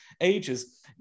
ages